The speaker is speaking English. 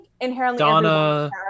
Donna